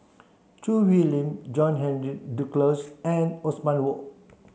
Choo Hwee Lim John Henry Duclos and Othman Wok